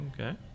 Okay